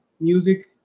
music